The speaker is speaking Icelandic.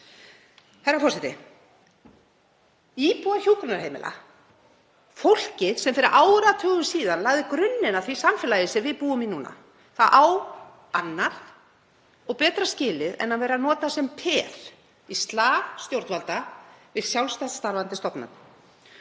Herra forseti. Íbúar hjúkrunarheimila, fólkið sem fyrir áratugum lagði grunninn að því samfélagi sem við búum í núna, eiga annað og betra skilið en að vera notaðir sem peð í slag stjórnvalda við sjálfstætt starfandi stofnanir.